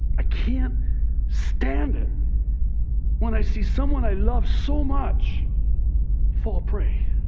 i can't stand it when i see someone i love so much fall prey